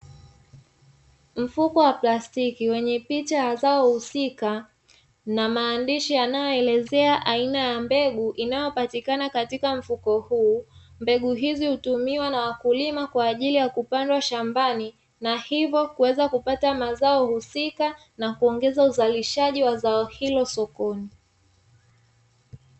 Mfuko wa plastiki wenye picha zao husika na maandishi yanayoelezea aina ya mbegu inayopatikana katika mfuko huu mbegu hizi hutumiwa na wakulima, kwa ajili ya kupandwa shambani na hivyo kuweza kupata mazao husika na kuongeza uzalishaji wa zao hilo sokoni.